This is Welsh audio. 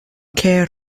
cer